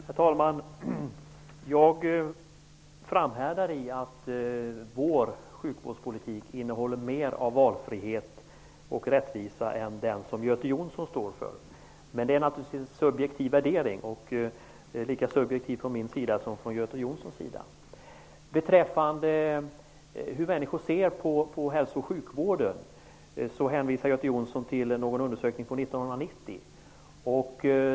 Herr talman! Jag framhärdar i att påstå att vår sjukvårdspolitik innehåller mer av valfrihet och rättvisa än den som Göte Jonsson står för. Men det är naturligtvis en subjektiv värdering, lika subjektiv från min sida som från Göte Jonssons. Beträffande hur människor ser på hälso och sjukvården hänvisade Göte Jonsson till en undersökning från 1990.